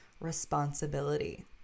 responsibility